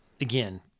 again